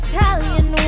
Italian